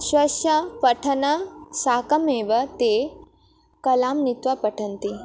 स्वस्य पठनं साकम् एव ते कलां नीत्वा पठन्ति